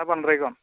ना बान्द्रायगोन